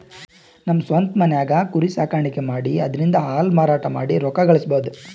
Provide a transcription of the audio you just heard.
ನಮ್ ಸ್ವಂತ್ ಮನ್ಯಾಗೆ ಕುರಿ ಸಾಕಾಣಿಕೆ ಮಾಡಿ ಅದ್ರಿಂದಾ ಹಾಲ್ ಮಾರಾಟ ಮಾಡಿ ರೊಕ್ಕ ಗಳಸಬಹುದ್